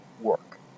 Work